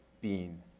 bean